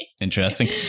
Interesting